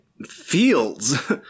Fields